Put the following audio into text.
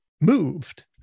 moved